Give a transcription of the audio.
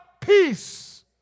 Peace